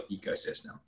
ecosystem